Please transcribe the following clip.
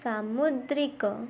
ସାମୁଦ୍ରିକ